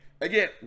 Again